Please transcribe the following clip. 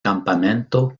campamento